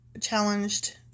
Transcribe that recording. challenged